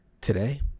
Today